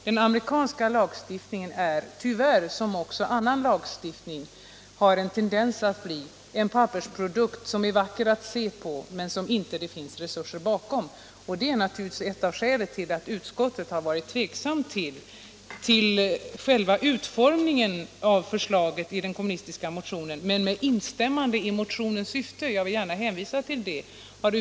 Den amerikanska lagstiftningen är tyvärr, liksom också annan lagstiftning har en tendens att bli, en pappersprodukt som är vacker att se på men som det inte finns resurser bakom. Det är naturligtvis ett av skälen till att utskottet har varit tveksamt inför själva utformningen av förslaget i den kommunistiska motionen, även om man -— jag vill gärna hänvisa till det —- har instämt i dess syfte.